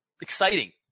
exciting